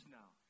now